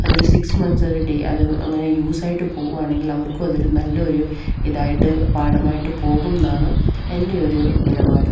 അതൊരു six months ഒരു day അത് അങ്ങനെ യൂസായിട്ട് പോവുകയാണെങ്കിൽ അവർക്കും അതൊരു നല്ലയൊരു ഇതായിട്ട് പാഠമായിട്ട് പോകുമെന്നാണ് എൻ്റെയൊരു നിലപാട്